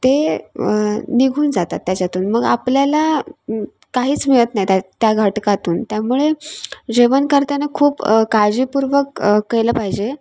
ते निघून जातात त्याच्यातून मग आपल्याला काहीच मिळत नाही त्या त्या घटकातून त्यामुळे जेवण करताना खूप काळजीपूर्वक केलं पाहिजे